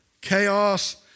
Chaos